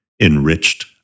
enriched